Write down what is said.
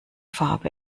farbe